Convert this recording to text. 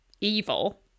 evil